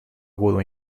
agudo